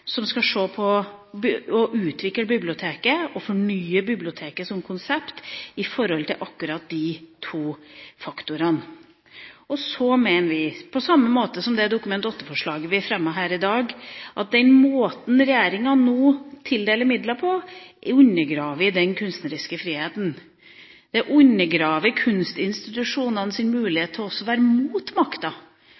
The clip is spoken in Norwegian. på hvordan en kan utvikle og fornye biblioteket som konsept i forhold til akkurat de to faktorene. Så mener vi – på samme måte som med det Dokument 8-forslaget vi fremmet her i dag – at den måten regjeringa nå tildeler midler på, undergraver den kunstneriske friheten. Det undergraver